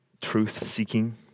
truth-seeking